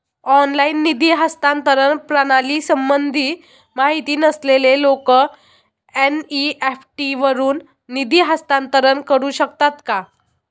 Online निधी हस्तांतरण प्रणालीसंबंधी माहिती नसलेले लोक एन.इ.एफ.टी वरून निधी हस्तांतरण करू शकतात का?